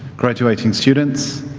graduating students,